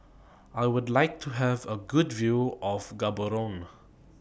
I Would like to Have A Good View of Gaborone